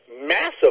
massive